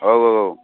औ औ